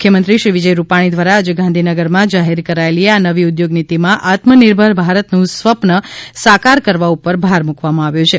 મુખ્યમંત્રી શ્રી વિજય રૂપાણી દ્વારા આજે ગાંધીનગરમાં જાહેર કરાયેલી આ નવી ઉધોગ નીતિમાં આત્મનિર્ભર ભારતનું સ્વપ્ન સાકર કરવા ઉપર ભાર મૂકવામાં આવ્યો છે